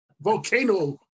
volcano